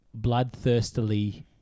bloodthirstily